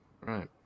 right